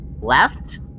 left